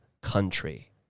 country